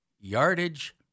yardage